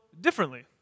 differently